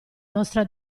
nostra